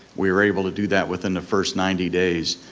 we were able to do that within the first ninety days.